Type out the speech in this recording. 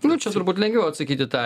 nu čia turbūt lengviau atsakyt į tą